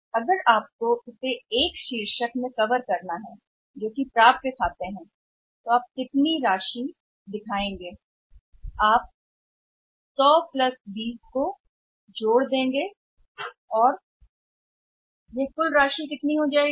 इसलिए यदि आपको केवल कवर करना है यह एक सिर जो प्राप्य खाता है तो आप इसे कितना दिखाते हैं आप 100 जोड़ देंगे 20 और यह बन जाएगा यह कुल राशि कितनी होगी